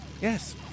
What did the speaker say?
Yes